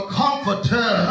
comforter